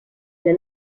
der